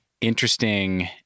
interesting